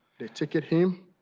to to get him,